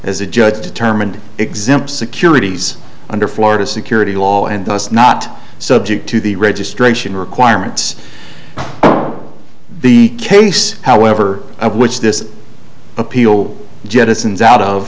as a judge determined to exempt securities under florida security law and does not so object to the registration requirements of the case however of which this appeal jettisons out of